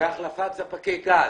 בהחלפת ספקי גז,